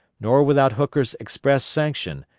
nor without hooker's express sanction,